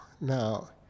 Now